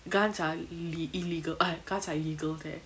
guns are le~ illegal ah guns are illegal there